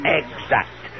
exact